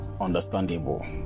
understandable